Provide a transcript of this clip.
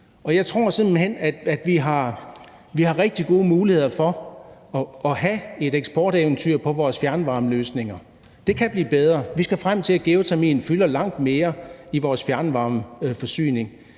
hen, at vi har rigtig gode muligheder for at have et eksporteventyr på vores fjernvarmeløsninger. Det kan blive bedre. Vi skal frem til, at geotermien fylder langt mere i vores fjernvarmeforsyning.